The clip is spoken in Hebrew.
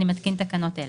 אני מתקין תקנות אלה: